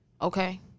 Okay